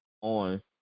on